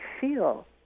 feel